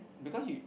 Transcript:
because you